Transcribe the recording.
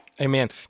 Amen